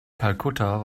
kalkutta